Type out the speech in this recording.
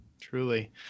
truly